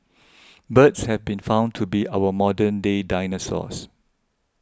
birds have been found to be our modern day dinosaurs